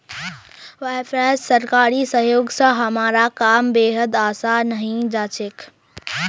व्यापारत सरकारी सहयोग स हमारा काम बेहद आसान हइ जा छेक